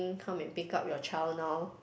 come and pick up your child now